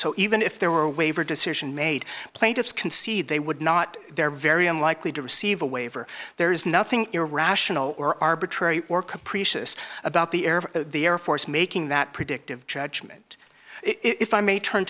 so even if there were a waiver decision made plaintiffs can see they would not they're very unlikely to receive a waiver there is nothing irrational or arbitrary or capricious about the air of the air force making that predictive judgment if i may turn